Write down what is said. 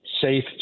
safe